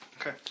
Okay